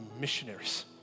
missionaries